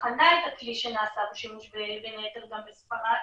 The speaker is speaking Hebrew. ובחנה את הכלי שנעשה בו שימוש בין היתר גם בספרד